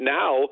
now